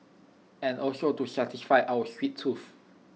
and also to satisfy our sweet tooth